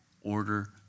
order